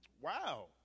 wow